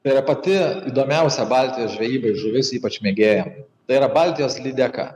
tai yra pati įdomiausia baltijos žvejybai žuvis ypač mėgėjam tai yra baltijos lydeka